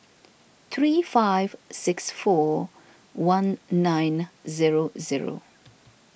three five six four one nine zero zero